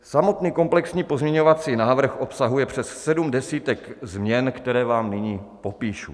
Samotný komplexní pozměňovací návrh obsahuje přes sedm desítek změn, které vám nyní popíšu.